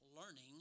learning